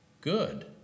good